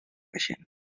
creixent